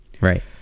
Right